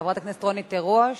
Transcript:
לחברת הכנסת רונית תירוש